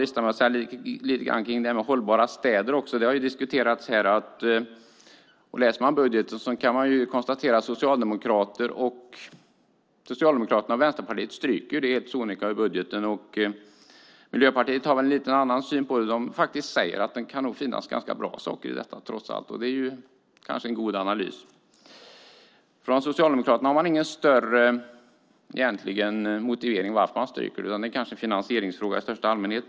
Jag ska också säga något om hållbara städer, som har diskuterats. Om man läser budgetförslagen kan man konstatera att Socialdemokraterna och Vänsterpartiet helt sonika stryker det ur budgeten. Miljöpartiet har en lite annan syn på det, för de säger faktiskt att det trots allt kan finnas ganska bra saker i detta. Det kanske är en god analys. Socialdemokraterna har ingen större motivering till varför man stryker detta, men det kanske är en finansieringsfråga i största allmänhet.